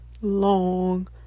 long